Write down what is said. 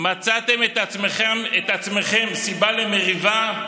מצאתם את עצמכם סיבה למריבה,